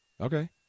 Okay